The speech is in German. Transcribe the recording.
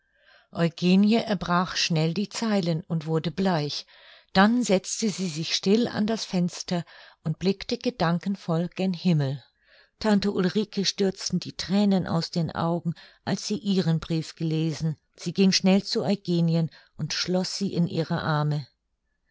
eugenie erbrach schnell die zeilen und wurde bleich dann setzte sie sich still an das fenster und blickte gedankenvoll gen himmel tante ulrike stürzten die thränen aus den augen als sie ihren brief gelesen sie ging schnell zu eugenien und schloß sie in ihre arme